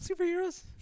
superheroes